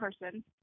person